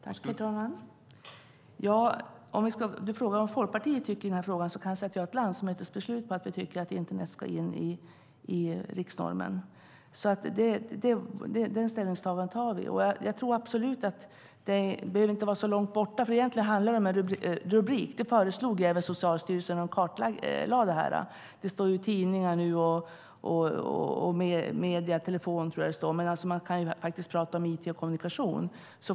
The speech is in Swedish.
Herr talman! Magnus Ehrencrona frågar vad Folkpartiet tycker i den här frågan. Vi har ett landsmötesbeslut på att internet ska in i riksnormen. Det ställningstagandet har vi gjort. Jag tror inte att det behöver vara så långt bort. Det handlar om en rubrik. Det föreslog även Socialstyrelsen när de kartlade detta. Det står "tidningar" nu, och jag tror att det står "telefon". Man kan ju prata om it och kommunikation.